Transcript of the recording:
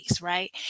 right